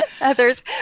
Others